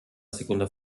seconda